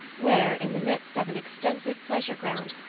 where, in the midst of an extensive pleasure ground,